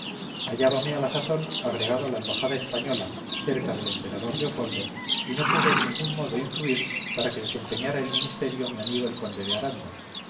hallábame a la sazón agregado a la embajada española cerca del emperador leopoldo y no pude de ningún modo influir para que desempeñara el ministerio mi amigo el conde de aranda